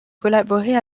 collaborer